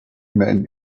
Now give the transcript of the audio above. men